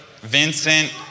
Vincent